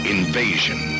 Invasion